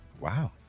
Wow